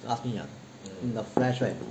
you ask me ah in the flesh right